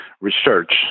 research